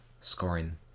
scoring